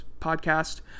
podcast